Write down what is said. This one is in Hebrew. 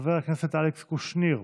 חבר הכנסת אלכס קושניר,